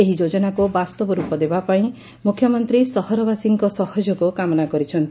ଏହି ଯୋଜନାକୁ ବାସ୍ତବ ରୂପ ଦେବାପାଇଁ ମୁଖ୍ୟମନ୍ତୀ ସହରବାସୀଙ୍କ ସହଯୋଗ କାମନା କରିଛନ୍ତି